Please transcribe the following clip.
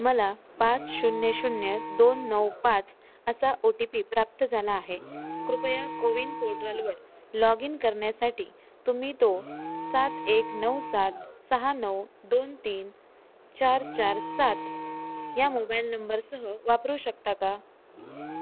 मला पाच शून्य शून्य दोन नऊ पाच असा ओ टी पी प्राप्त झाला आहे कृपया कोविन पोर्टलवर लॉग इन करण्यासाठी तुम्ही तो सात एक नऊ सात सहा नऊ दोन तीन चार चार सात या मोबाईल नंबरसह वापरू शकता का